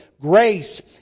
grace